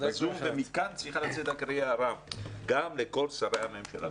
מכאן צריכה לצאת הקריאה גם לכל שרי הממשלה.